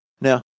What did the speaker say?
Now